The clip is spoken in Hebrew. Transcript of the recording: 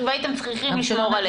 הייתם צריכים לשמור עלינו.